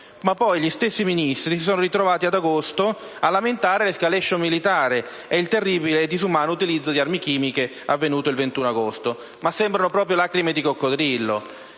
Ma poi gli stessi Ministri si sono ritrovati ad agosto a lamentare l'*escalation* militare e il terribile e disumano utilizzo di armi chimiche avvenuto il 21 agosto. Sembrano proprio lacrime di coccodrillo!